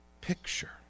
picture